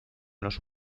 los